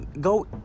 go